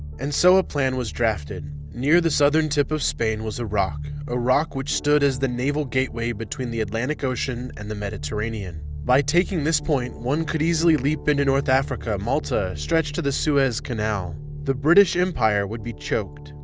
and so a plan was drafted two. near the southern tip of spain was a rock, a rock which stood as the naval gateway between the atlantic ocean and the mediterranean. by taking this point, one could easily leap into north africa, malta, stretch to the suez canal the british empire would be choked.